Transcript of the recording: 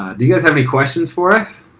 do you guys have any questions for us?